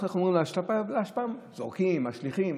לאשפה, זורקים, משליכים.